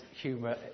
humour